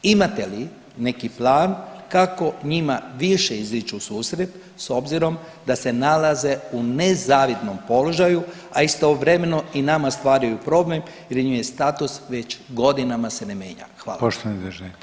Imate li neki plan kako njima više izić u susret s obzirom da se nalaze u nezavidnom položaju, a istovremeno i nama stvaraju problem jer im je status već godinama se ne mijenja?